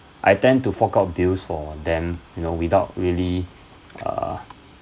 I tend to fork out bills for them you know without really err